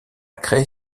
créer